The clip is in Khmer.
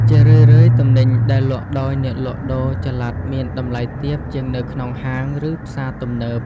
ជារឿយៗ ទំនិញដែលលក់ដោយអ្នកលក់ដូរចល័តមានតម្លៃទាបជាងនៅក្នុងហាង ឬផ្សារទំនើប។